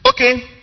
okay